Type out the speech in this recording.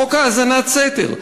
חוק האזנת סתר,